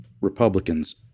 Republicans